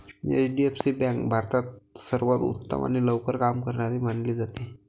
HDFC bank भारतात सर्वांत उत्तम आणि लवकर काम करणारी मानली जाते